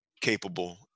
capable